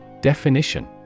Definition